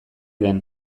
den